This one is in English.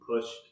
pushed